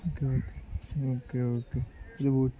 okay okay okay okay ఇది